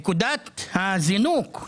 נקודת הזינוק,